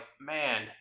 man